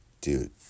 dude